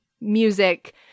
music